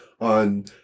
on